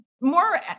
more